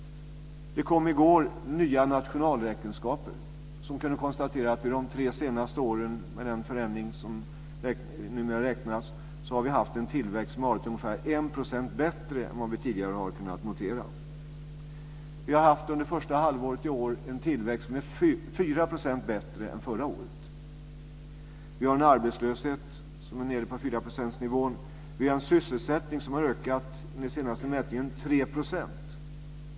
Det kom i går nya nationalräkenskaper. Där konstateras att med den förändring som numera räknas så har vi under de tre senaste åren haft en tillväxt som har varit ungefär 1 % bättre än vad vi tidigare har kunnat notera. Vi har under det första halvåret i år haft en tillväxt som är 4 % bättre än förra året. Vi har en arbetslöshet som är nere på 4 procentsnivån. Vi har en sysselsättning som sedan den senaste mätningen har ökat med 3 %.